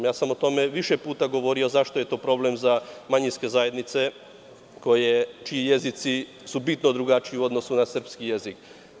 O tome sam više puta govorio zašto je to problem za manjinske zajednice čiji jezici su bitno drugačiji u odnosu na srpski jezik.